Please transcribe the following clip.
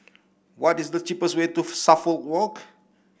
what is the cheapest way to Suffolk Walk